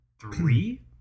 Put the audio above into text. three